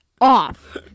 off